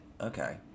Okay